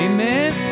Amen